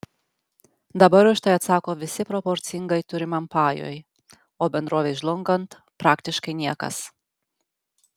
dabar už tai atsako visi proporcingai turimam pajui o bendrovei žlungant praktiškai niekas